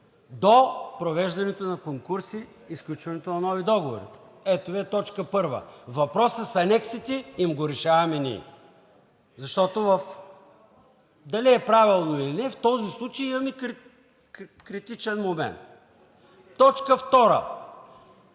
до провеждането на конкурси и сключването на нови договори.“ Ето Ви я точка първа. Въпросът с анексите им го решаваме ние, защото дали е правилно или не, в този случай имаме критичен момент. „2.